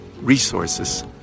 resources